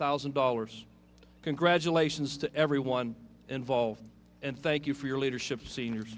thousand dollars congratulations to everyone involved and thank you for your leadership seniors